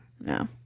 No